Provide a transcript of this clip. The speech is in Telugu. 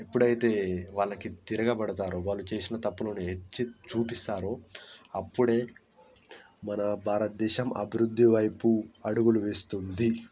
ఎప్పుడైతే వాళ్ళకి తిరగబడతారో వాళ్ళు చేసిన తప్పులని ఎత్తి చూపిస్తారో అప్పుడే మన భారతదేశం అభివృద్ధి వైపు అడుగులు వేస్తుంది